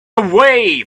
away